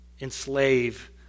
enslave